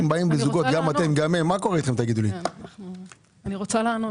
אני רוצה להשיב.